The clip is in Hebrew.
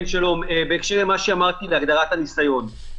אז לצורך הנושא